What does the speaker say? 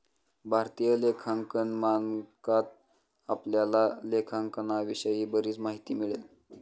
भारतीय लेखांकन मानकात आपल्याला लेखांकनाविषयी बरीच माहिती मिळेल